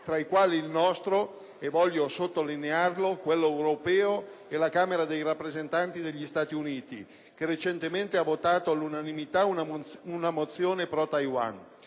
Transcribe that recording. tra i quali il nostro - voglio sottolinearlo - quello europeo e la Camera dei rappresentanti degli Stati Uniti, che recentemente ha votato all'unanimità una mozione pro Taiwan.